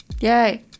yay